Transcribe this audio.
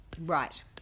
Right